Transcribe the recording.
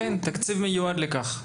כן, תקציב מיועד לכך.